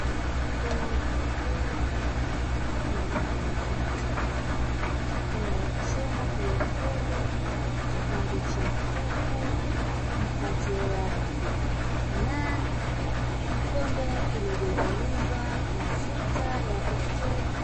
Kwenye jiko pana mshakiki inayochomwa polepole, kipande cha kuku, mkate wa 'nan', kikombe kililojalizwa mafuta ya uto.